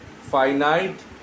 finite